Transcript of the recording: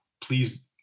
please